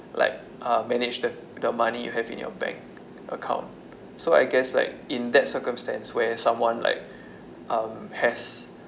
like uh manage the the money you have in your bank account so I guess like in that circumstance where someone like um has